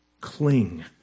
cling